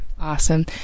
awesome